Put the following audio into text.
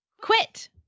Quit